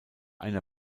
einer